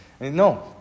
No